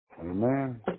Amen